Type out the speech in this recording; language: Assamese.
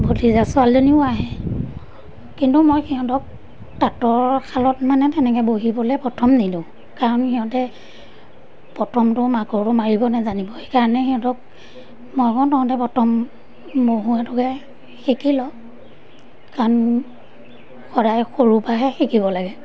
ভতিজা ছোৱালীজনীও আহে কিন্তু মই সিহঁতক তাঁতৰ শালত মানে তেনেকৈ বহিবলৈ প্ৰথম নিদিওঁ কাৰণ সিহঁতে প্ৰথমটো মাকোৰটো মাৰিব নেজানিব সেইকাৰণে সিহঁতক মই কওঁ তহঁতে প্ৰথম মহুৱাটোকে শিকি ল কাৰণ সদায় সৰুৰপৰাহে শিকিব লাগে